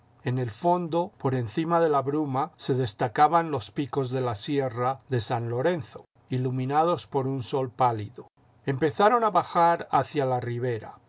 en el fondo por encima de la bruma se destacaban los picos de la sierra de san lorenzo iluminados por un sol pálido empezaron a bajar hacia la ribera